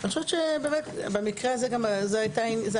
אני חושבת שבמקרה הזה גם זה היה עניין,